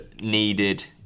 needed